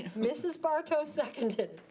mrs. bartow seconded.